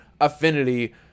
affinity